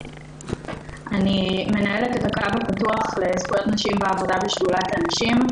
אני מנהלת את הקו הפתוח לזכויות נשים בעבודה בשדולת הנשים.